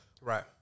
right